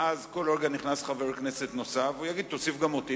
ואז בכל רגע ייכנס חבר כנסת נוסף ויגיד: תוסיף גם אותי,